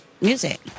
music